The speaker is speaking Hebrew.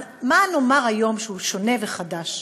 מה נאמר היום שהוא שונה וחדש?